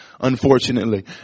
unfortunately